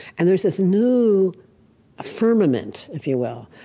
and there's this new firmament, if you will,